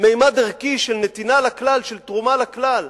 ממד ערכי של נתינה לכלל, של תרומה לכלל.